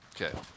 Okay